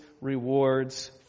rewards